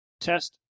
test